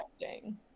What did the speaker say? interesting